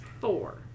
Four